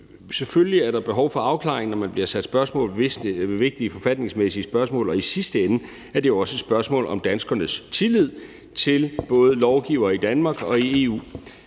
selvfølgelig er der et behov for en afklaring, hvis det er vigtige forfatningsmæssige spørgsmål, og i sidste ende er det jo også et spørgsmål om danskernes tillid til både lovgivere i Danmark og i EU.